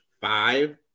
five